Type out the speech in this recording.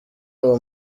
uwo